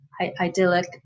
idyllic